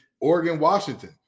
Oregon-Washington